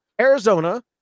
Arizona